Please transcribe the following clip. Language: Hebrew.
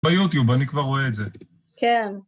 ביוטיוב, אני כבר רואה את זה. כן.